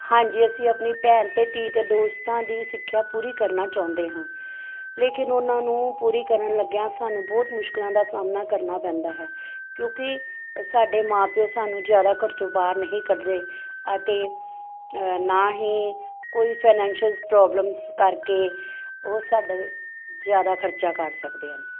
ਹਾਂਜੀ ਅਸੀਂ ਆਪਣੀ ਭੈਣ ਅਤੇ ਧੀ ਅਤੇ ਦੋਸਤਾਂ ਦੀ ਸਿੱਖਿਆ ਪੂਰੀ ਕਰਨਾ ਚਾਹੁੰਦੇ ਹਾਂ ਲੇਕਿਨ ਉਹਨਾਂ ਨੂੰ ਪੂਰੀ ਕਰਨ ਲੱਗਿਆਂ ਸਾਨੂੰ ਬਹੁਤ ਮੁਸ਼ਕਿਲਾਂ ਦਾ ਸਾਹਮਣਾ ਕਰਨਾ ਪੈਂਦਾ ਹੈ ਕਿਉਂਕਿ ਸਾਡੇ ਮਾਂ ਪਿਓ ਸਾਨੂੰ ਜ਼ਿਆਦਾ ਘਰ ਚੋਂ ਬਾਹਰ ਨਹੀਂ ਕੱਢਦੇ ਅਤੇ ਨਾ ਹੀ ਕੋਈ ਫੈਨੈਂਸ਼ੀਅਸ਼ ਪ੍ਰੋਬਲਮਸ ਕਰਕੇ ਉਹ ਸਾਡੇ ਜ਼ਿਆਦਾ ਖਰਚਾ ਕਰ ਸਕਦੇ ਹਨ